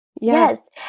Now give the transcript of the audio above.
Yes